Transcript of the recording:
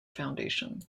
foundation